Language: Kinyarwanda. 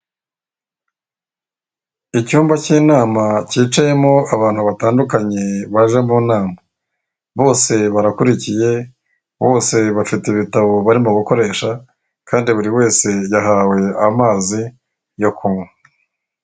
Icyumba cy'inama cyicayemo abantu batandukanye baje mu nama, bose barakurikiye, bose bafite ibitabo barimo gukoresha kandi buri wese yahawe amazi yo kunywa.